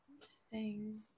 interesting